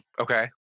Okay